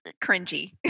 cringy